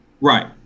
Right